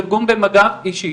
תרגום במגע, אישי.